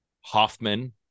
Hoffman